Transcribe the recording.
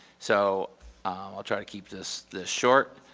so i'll try to keep this this short.